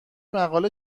مقاله